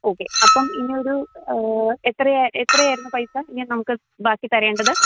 okay അപ്പം ഇനി ഒരു എത്രയാ എത്ര ആയിരുന്നു പൈസ ഇനി നമുക്ക് ബാക്കി തരേണ്ടത്